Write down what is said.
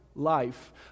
life